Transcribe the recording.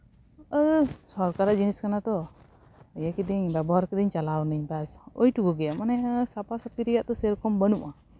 ᱳᱻ ᱥᱚᱨᱠᱟᱨᱟᱜ ᱡᱤᱱᱤᱥ ᱠᱟᱱᱟ ᱛᱚ ᱤᱭᱟᱹ ᱠᱤᱫᱟᱹᱧ ᱵᱮᱵᱚᱦᱟᱨ ᱫᱟᱹᱧ ᱪᱟᱞᱟᱣᱱᱟᱹᱧ ᱵᱟᱥ ᱳᱭ ᱴᱩᱠᱩᱜᱮ ᱢᱟᱱᱮ ᱱᱚᱣᱟ ᱥᱟᱯᱷᱟᱥᱟᱯᱷᱤ ᱨᱮᱭᱟᱜ ᱛᱚ ᱥᱮᱭᱨᱚᱠᱚᱢ ᱵᱟᱹᱱᱩᱜᱼᱟ